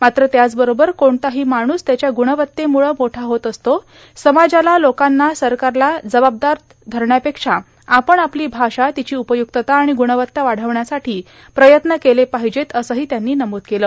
मात्र त्याचबरोबर कोणताही माणूस त्याच्या गुणवत्तेमुळं मोठा होत असतो समाजाला लोकांना सरकारला जबाबदार धरण्यापेक्षा आपण आपलो भाषा र्तिची उपयुक्तता र्आण गुणवत्ता वाढवण्यासाठी प्रयत्न केले पर्माहजेत असंही त्यांनी नमूद केलं